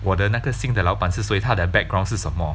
我的那个新的老板是谁他的 background 是什么